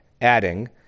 adding